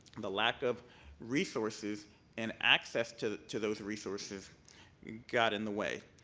the lack of resources and access to to those resources got in the way.